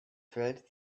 felt